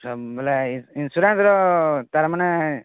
ସ ବଲେ ଇନ୍ସୁରାନ୍ସର ତାର ମାନେ